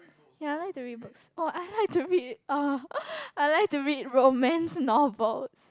ya I like to read books oh I like to read uh I like to read romance novels